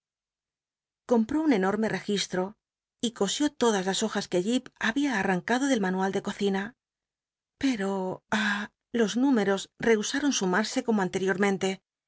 compró un enorme registro y cosió todas las hoj as que jip hai jia tl'l'ancado del litanual de cocina peao i ay los números rchusaaon sumarse como antel'iormentc